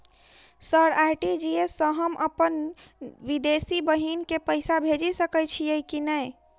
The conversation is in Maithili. सर आर.टी.जी.एस सँ हम अप्पन विदेशी बहिन केँ पैसा भेजि सकै छियै की नै?